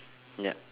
ya